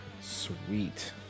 Sweet